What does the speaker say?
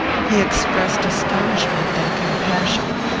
he expressed astonishment and compassion.